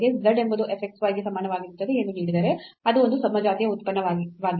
z ಎಂಬುದು f x y ಗೆ ಸಮಾನವಾಗಿರುತ್ತದೆ ಎಂದು ನೀಡಿದರೆಅದು ಒಂದು ಸಮಜಾತೀಯ ಉತ್ಪನ್ನವಾಗಿದೆ